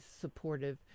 supportive